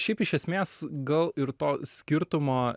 šiaip iš esmės gal ir to skirtumo